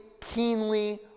keenly